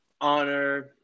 honor